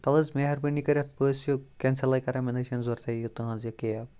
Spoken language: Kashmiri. تَلہٕ حظ مہربٲنی کٔرِتھ بہٕ حظ چھُس یہِ کیٚنسٕلٕے کَران مےٚ نہٕ حظ چھنہٕ ضورتھٕے تُہٕنٛز یہِ کیٚب